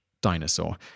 Dinosaur